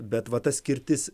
bet va ta skirtis